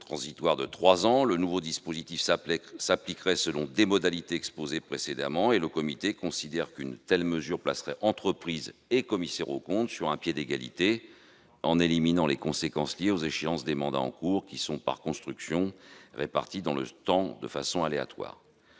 transitoire de trois ans, le nouveau dispositif s'appliquerait selon les modalités exposées précédemment. Le comité considère qu'une telle mesure placerait entreprises et commissaires aux comptes sur un pied d'égalité, en éliminant les conséquences liées aux échéances des mandats en cours, par construction réparties de façon aléatoire